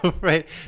right